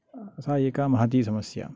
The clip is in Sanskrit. सा एका महती समस्या